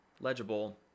legible